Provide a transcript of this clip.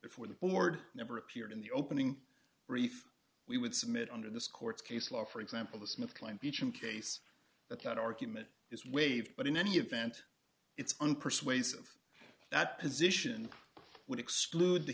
before the board never appeared in the opening brief we would submit under this court's case law for example the smith kline beecham case that that argument is waived but in any event it's unpersuasive that position would exclude the